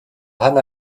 hanna